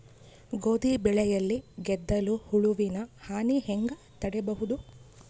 ಗೋಧಿ ಬೆಳೆಯಲ್ಲಿ ಗೆದ್ದಲು ಹುಳುವಿನ ಹಾನಿ ಹೆಂಗ ತಡೆಬಹುದು?